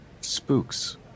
Spooks